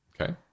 Okay